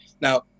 now